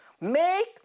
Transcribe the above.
Make